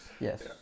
Yes